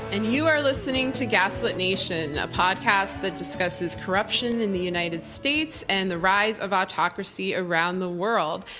and you are listening to gaslit nation, a podcast that discusses corruption in the united states and the rise of autocracy around the world.